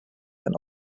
and